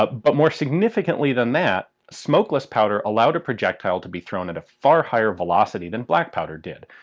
but but more significantly than that, smokeless powder allowed a projectile to be thrown at a far higher velocity than black powder did.